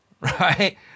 right